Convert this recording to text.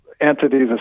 entities